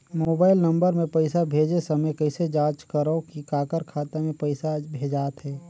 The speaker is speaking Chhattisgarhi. मोबाइल नम्बर मे पइसा भेजे समय कइसे जांच करव की काकर खाता मे पइसा भेजात हे?